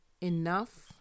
enough